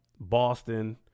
Boston